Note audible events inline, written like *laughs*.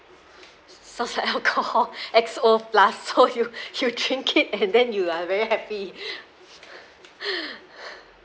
sounds like alcohol *laughs* X_O plus so you you changed it and then you are very happy *laughs*